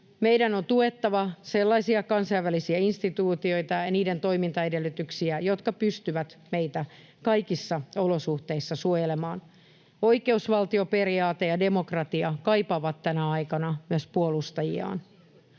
Meidän on tuettava sellaisia kansainvälisiä instituutioita ja niiden toimintaedellytyksiä, jotka pystyvät meitä kaikissa olosuhteissa suojelemaan. Oikeusvaltioperiaate ja demokratia kaipaavat tänä aikana myös puolustajiaan.